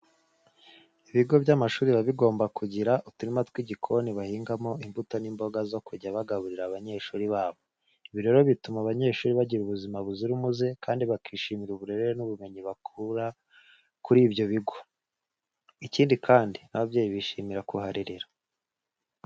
Ibigo by'amashuri biba bigomba kugira uturima tw'igikoni bahingamo imbuto n'imboga zo kujya bagaburira abanyeshuri babo. Ibi rero bituma abanyeshuri bagira ubuzima buzira umuze kandi bakishimira uburere n'ubumenyi bakura kuri ibyo bigo. Ikindi kandi n'ababyeyi bishimira kuharerera.